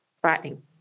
frightening